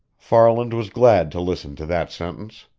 farland was glad to listen to that sentence.